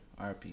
RP